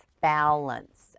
balance